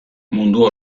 mundu